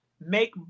make